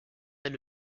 aile